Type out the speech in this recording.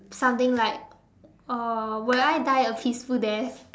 something like uh will I die a peaceful death